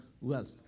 wealth